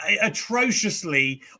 atrociously